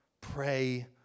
Pray